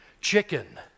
chicken